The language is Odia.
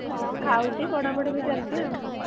ହଁ ଖାଉଛି ପଢ଼ାପଢ଼ି ବି ଚାଲିଛି ଆଉ